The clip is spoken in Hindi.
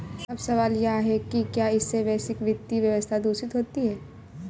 अब सवाल यह है कि क्या इससे वैश्विक वित्तीय व्यवस्था दूषित होती है